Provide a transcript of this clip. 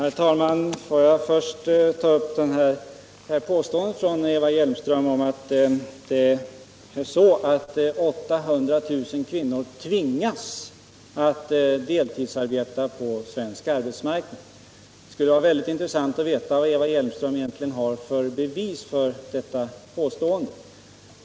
Herr talman! Låt mig först ta upp Eva Hjelmströms påstående om att 800 000 kvinnor tvingas att deltidsarbeta på svensk arbetsmarknad. Det skulle vara väldigt intressant att veta vad Eva Hjelmström egentligen har för bevis för detta påstående.